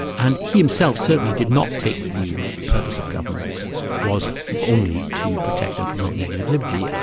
and he himself certainly did not take the view that the purpose of government was only to protect and promote negative liberty. yeah